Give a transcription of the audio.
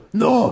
no